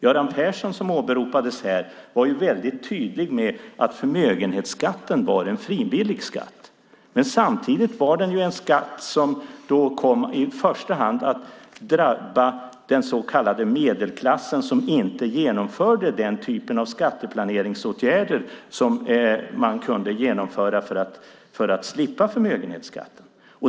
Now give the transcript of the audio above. Göran Persson, som åberopades här, var tydlig med att förmögenhetsskatten var en frivillig skatt. Men samtidigt var den en skatt som kom att i första hand drabba den så kallade medelklassen, som inte genomförde den typen av skatteplaneringsåtgärder som man kunde genomföra för att slippa förmögenhetsskatten.